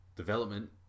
development